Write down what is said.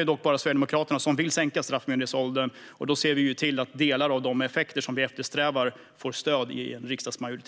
är bara Sverigedemokraterna som vill sänka straffmyndighetsåldern, och vi ser till att delar av de effekter vi eftersträvar får stöd av en riksdagsmajoritet.